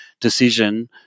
decision